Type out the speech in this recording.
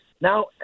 Now